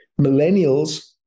millennials